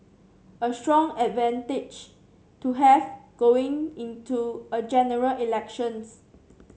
a strong advantage to have going into a General Elections